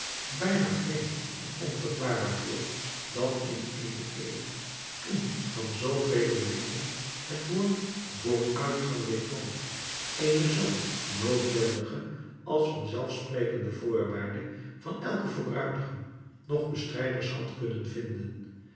bijna vreemd en onverklaarbaar voor dat in eene eeuw toen van zoo veler lippen het woord vooruitgang weerklonk eene zoo noodwendige als van zelf sprekende voorwaarde van elken vooruitgang nog bestrijders had kunnen vinden